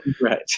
right